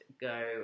go